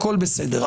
הכול בסדר.